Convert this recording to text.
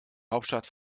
hauptstadt